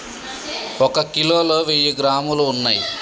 ఒక కిలోలో వెయ్యి గ్రాములు ఉన్నయ్